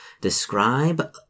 Describe